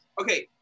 Okay